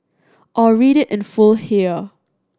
or read it in full here